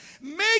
Make